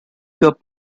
cup